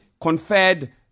conferred